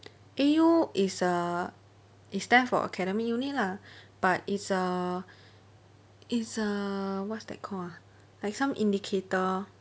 A_U is err is stand for academic unit lah but is err is err what's that called ah like some indicator